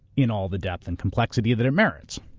in all the depth and complexity that it merits.